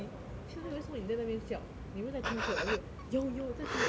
xin hui 你为什么你在那边笑你有没有在听课我就有有在听课我就 like